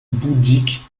bouddhiques